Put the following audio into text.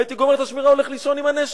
הייתי גומר את השמירה, הולך לישון עם הנשק.